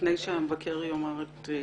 לפני שהמבקר יאמר את דבריו,